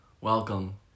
welcome